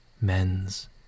men's